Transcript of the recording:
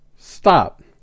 Stop